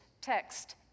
text